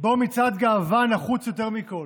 שבו מצעד גאווה נחוץ יותר מכול.